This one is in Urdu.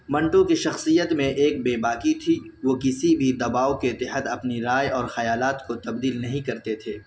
منٹو کی شخصیت میں ایک بے باکی تھی وہ کسی بھی دباؤ کے تحت اپنی رائے اور خیالات کو تبدیل نہیں کرتے تھے